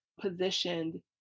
positioned